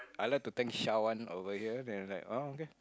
I like to thank Shawan over here and like oh okay